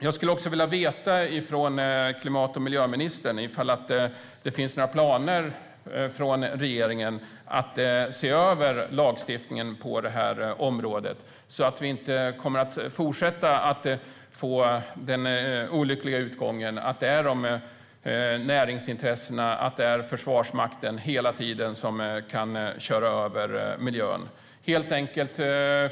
Jag vill också fråga klimat och miljöministern om regeringen har några planer på att se över lagstiftningen på det här området så att det inte fortsatt blir den olyckliga utgången att näringsintressena och Försvarsmakten hela tiden kan köra över miljöintressena.